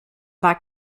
war